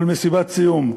כמו למסיבת סיום,